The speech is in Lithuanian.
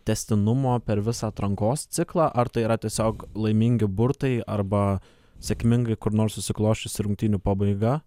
tęstinumo per visą atrankos ciklą ar tai yra tiesiog laimingi burtai arba sėkmingai kur nors susiklosčiusių rungtynių pabaiga